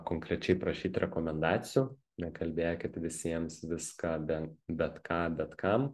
konkrečiai prašyti rekomendacijų nekalbėkit visiems viską be bet ką bet kam